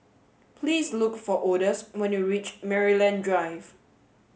please look for Odus when you reach Maryland Drive